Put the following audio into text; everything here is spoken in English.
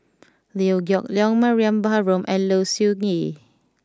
Liew Geok Leong Mariam Baharom and Low Siew Nghee